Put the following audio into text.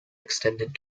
extended